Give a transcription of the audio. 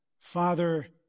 Father